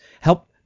help